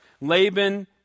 Laban